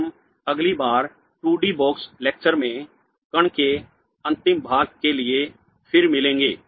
हम अगली बार टू डी बॉक्स लेक्चर में कण के अंतिम भाग के लिए फिर मिलेंगे